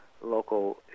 local